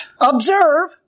observe